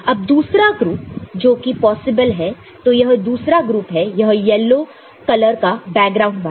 अब दूसरा ग्रुप जोकि पॉसिबल है तो यह दूसरा ग्रुप है यह येलो कलर का बैकग्राउंड वाला